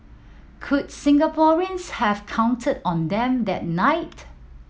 could Singaporeans have counted on them that night